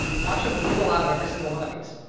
watch him wiggle out of every single one of these.